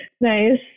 Nice